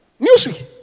Newsweek